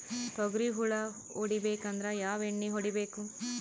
ತೊಗ್ರಿ ಹುಳ ಹೊಡಿಬೇಕಂದ್ರ ಯಾವ್ ಎಣ್ಣಿ ಹೊಡಿಬೇಕು?